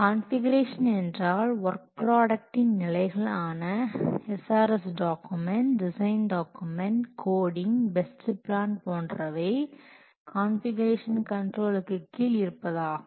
configuration என்றால் work ப்ராடக்டின் நிலைகளான SRS document design document coding test plan போன்றவை கான்ஃபிகுரேஷன் கண்ட்ரோலுக்கு கீழ் இருப்பதாகும்